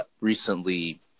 recently